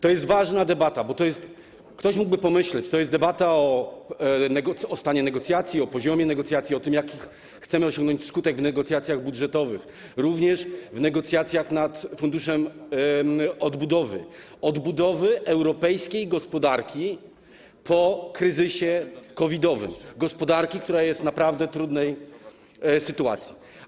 To jest ważna debata, bo ktoś mógłby pomyśleć, że to jest debata o stanie negocjacji, o poziomie negocjacji, o tym, jaki chcemy osiągnąć skutek w negocjacjach budżetowych, również w negocjacjach nad funduszem odbudowy, odbudowy europejskiej gospodarki po kryzysie COVID-owym, gospodarki, która jest naprawdę w trudnej sytuacji.